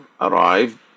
arrived